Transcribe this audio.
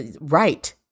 right